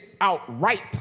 outright